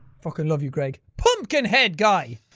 fucking love you, gregg. pumpkin head guy!